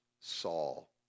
Saul